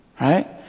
right